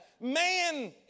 Man